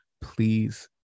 please